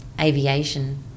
aviation